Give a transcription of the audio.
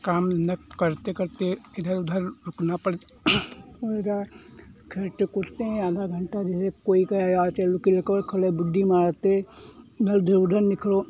काम धन्धा करते करते इधर उधर रुकना पड़ थोड़ा खेलते कूदते हैं आधा घन्टा जैसे कोई कहे आओ चलो खड़े खड़े बुड्डी मारते इधर जो उधर निकलो